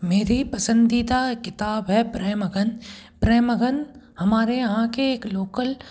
मेरी पसंदीदा किताब है प्रेमगन प्रेमगन हमारे यहाँ के एक लोकल